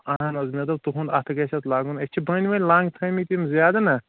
اَہَن حظ مےٚ دوٚپ تُہُنٛد اَتھٕ گَژھِ اَتھ لگُن أسۍ چھِ بٔنۍ ؤنۍ لنٛگ تھٲیمِتۍ یِم زیادٕ نہ